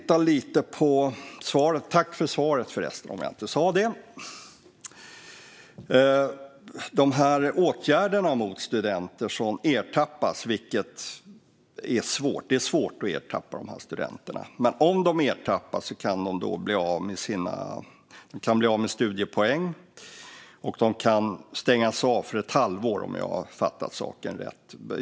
Tack för svaret, om jag inte sa det! Jag tittar lite på åtgärderna mot studenter som ertappas. Det är svårt att ertappa dem, men om de ertappas kan de bli av med studiepoäng och stängas av i ett halvår om jag fattat saken rätt.